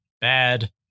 bad